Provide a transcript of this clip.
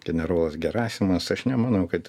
generolas gerasimas aš nemanau kad